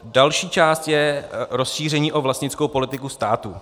Další část je rozšíření o vlastnickou politiku státu.